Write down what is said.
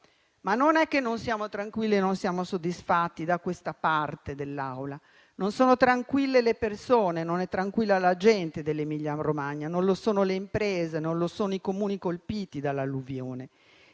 Ma non è che non siamo tranquilli e non siamo soddisfatti da questa parte dell'Aula. Non sono tranquille le persone, non è tranquilla la gente dell'Emilia-Romagna, non lo sono le imprese, non lo sono i Comuni colpiti dall'alluvione.